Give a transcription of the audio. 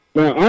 now